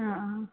ആ ആ